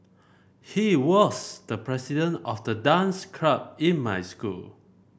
he was the president of the dance club in my school